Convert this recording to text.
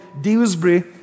Dewsbury